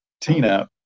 tina